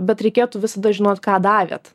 bet reikėtų visada žinot ką davėt